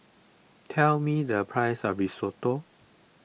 tell me the price of Risotto